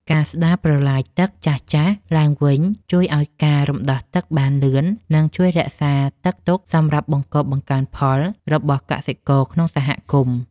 ការស្តារប្រឡាយទឹកចាស់ៗឡើងវិញជួយឱ្យការរំដោះទឹកបានលឿន និង ជួយរក្សាទឹកទុកសម្រាប់បង្កបង្កើនផលរបស់កសិករក្នុងសហគមន៍។